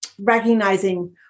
recognizing